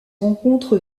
rencontre